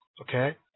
Okay